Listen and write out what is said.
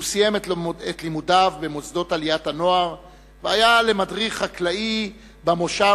הוא סיים את לימודיו במוסדות עליית הנוער והיה למדריך חקלאי במושב